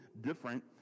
different